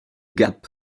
gap